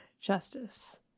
Justice